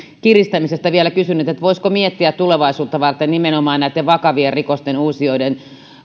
kiristämisestä vielä kysynyt voisiko miettiä tulevaisuutta varten nimenomaan näitten vakavien rikosten uusijoiden